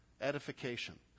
Edification